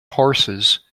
horses